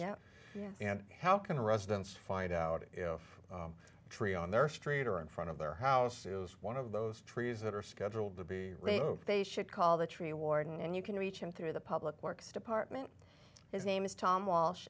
right yeah and how can residents find out if a tree on their street or in front of their house is one of those trees that are scheduled to be they should call the tree warden and you can reach him through the public works department his name is tom walsh